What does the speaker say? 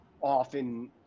often